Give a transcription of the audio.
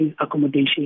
accommodation